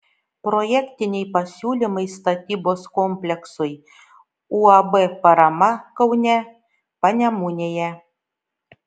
projektiniai pasiūlymai statybos kompleksui uab parama kaune panemunėje